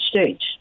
States